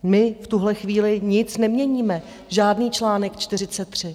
My v tuhle chvíli nic neměníme, žádný článek 43.